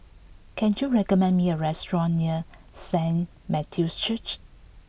can you recommend me a restaurant near Saint Matthew's Church